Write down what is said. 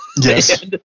Yes